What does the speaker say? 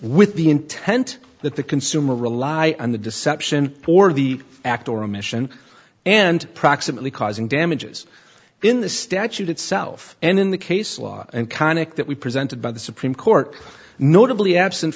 with the intent that the consumer rely on the deception for the act or omission and approximately causing damages in the statute itself and in the case law and conic that we presented by the supreme court notably absent